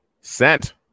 Sent